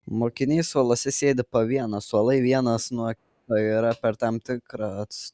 mokiniai suoluose sėdi po vieną suolai vienas nuo kito yra per tam tikrą atstumą